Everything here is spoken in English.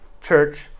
church